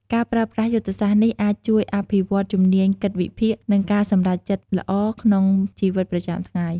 ការប្រើប្រាស់យុទ្ធសាស្ត្រនេះអាចជួយអភិវឌ្ឍជំនាញគិតវិភាគ និងការសម្រេចចិត្តល្អក្នុងជីវិតប្រចាំថ្ងៃ។